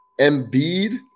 Embiid